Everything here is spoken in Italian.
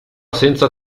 senza